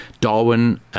Darwin